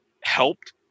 helped